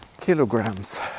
kilograms